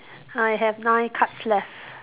I have nine cards left